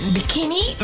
Bikini